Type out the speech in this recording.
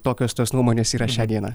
tokios tos nuomonės yra šią dieną